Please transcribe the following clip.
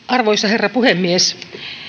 arvoisa herra puhemies